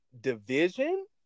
Division